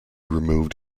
removed